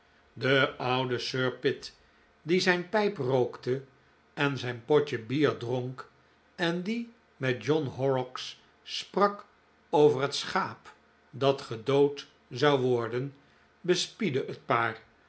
de oude sir pitt die zijn pijp rookte en zijn potje bier dronk en die met john horrocks sprak over het schaep dat gedood zou worden bespiedde het paar